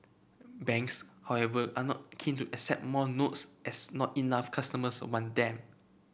banks however are not keen to accept more notes as not enough customers want them